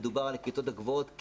מדובר על הכיתות הגבוהות,